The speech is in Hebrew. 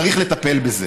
צריך לטפל בזה.